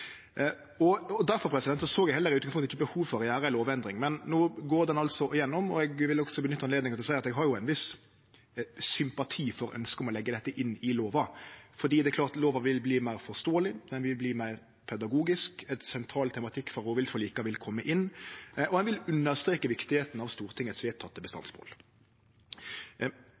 såg eg heller ikkje behov for å gjere ei lovendring. Men no går lova altså gjennom, og eg vil også nytte anledninga til å seie at eg har ein viss sympati for ønsket om å leggje dette inn i lova, for lova vil klart verte meir forståeleg, ho vil verte meir pedagogisk, ein sentral tematikk for rovviltforlika vil kome inn, og ein vil understreke